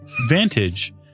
vantage